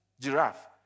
Giraffe